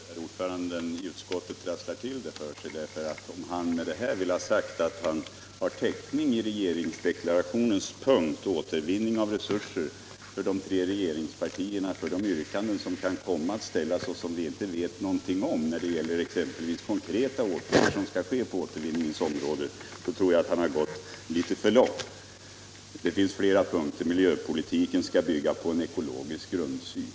Herr talman! Herr ordföranden i jordbruksutskottet trasslar till det för sig. Om han med detta vill ha sagt att han vad beträffar de tre regeringspartierna har täckning i regeringsdeklarationens punkt Återvinning av resurser för de yrkanden som kan komma att ställas och som vi inte vet någonting om när det gäller t.ex. konkreta åtgärder som skall ske på återvinningens område, tror jag att han har gått litet för långt. Det finns även andra punkter, t.ex. att miljöpolitiken skall bygga på en ekologisk grundsyn.